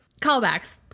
Callbacks